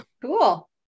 Cool